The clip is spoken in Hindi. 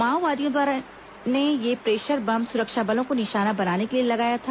माओवादियों ने यह प्रेशर बम सुरक्षा बलों को निशाना बनाने के लिए लगाया था